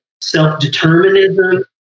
self-determinism